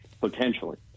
potentially